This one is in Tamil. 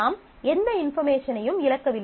நாம் எந்த இன்பார்மேஷனையும் இழக்கவில்லை